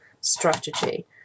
strategy